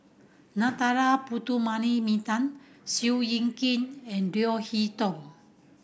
Narana Putumaippittan Seow Kin and Leo Hee Tong